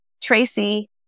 Tracy